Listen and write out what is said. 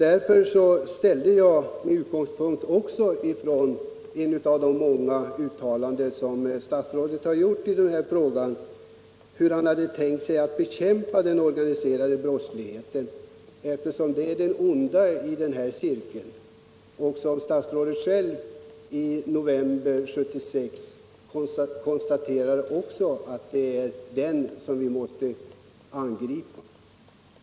Därför har jag med utgångspunkt också i ett av de många uttalanden som statsrådet gjort i den här saken frågat statsrådet hur han tänkt sig att bekämpa den organiserade brottsligheten, eftersom den är det onda i den här cirkeln. I november 1976 konstaterade statsrådet själv att det är den som vi måste angripa.